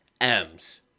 M's